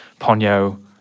Ponyo